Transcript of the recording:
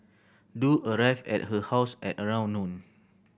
Du arrived at her house at around noon